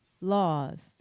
Laws